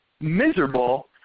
miserable